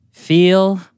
Feel